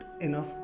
enough